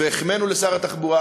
והחמאנו לשר התחבורה,